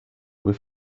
with